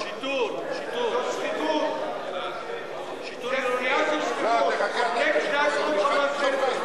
כבוד שר האוצר, תרגילים לא עושים לוועדת הכלכלה.